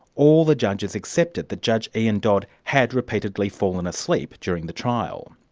all the judges accepted that judge ian dodd had repeatedly fallen asleep during the trial.